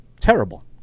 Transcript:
Terrible